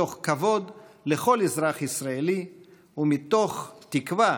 מתוך כבוד לכל אזרח ישראלי ומתוך תקווה